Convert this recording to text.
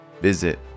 visit